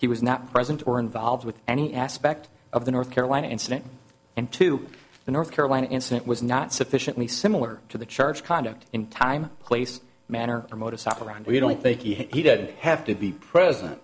he was not present or involved with any aspect of the north carolina incident and to the north carolina incident was not sufficiently similar to the charge conduct in time place manner or motorcycle around we don't think he did have to be present